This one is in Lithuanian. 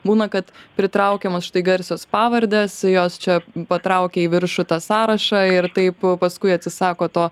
būna kad pritraukiamos štai garsios pavardės jos čia patraukia į viršų tą sąrašą ir taip paskui atsisako to